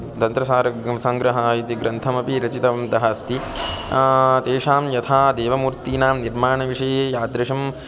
तन्त्रसारः ग् सङ्ग्रहः इति ग्रन्थमपि रचितवन्तः अस्ति येषां यथा देवमूर्तीनां निर्माणविषये यादृशम्